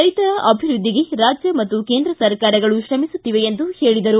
ರೈತರ ಅಭಿವೃದ್ಧಿಗೆ ರಾಜ್ಯ ಮತ್ತು ಕೇಂದ್ರ ಸರಕಾರಗಳು ಶ್ರಮಿಸುತ್ತಿವೆ ಎಂದು ಹೇಳಿದರು